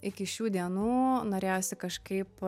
iki šių dienų norėjosi kažkaip